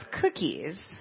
cookies